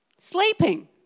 Sleeping